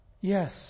yes